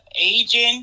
agent